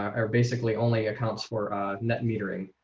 are basically only accounts for net metering.